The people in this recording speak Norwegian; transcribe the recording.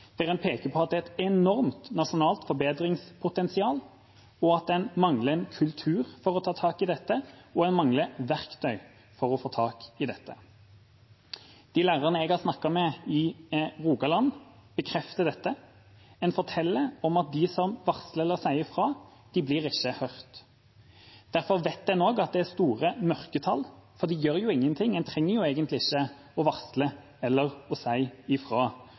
der en peker på at det er et enormt nasjonalt forbedringspotensial, og at en mangler en kultur for å ta tak i dette, og verktøy for å få tak i det. De lærerne jeg har snakket med i Rogaland, bekrefter dette. En forteller om at de som varsler eller sier fra, ikke blir hørt. Derfor vet en også at det er store mørketall. For det gjøres jo ingenting. En trenger egentlig ikke å varsle eller å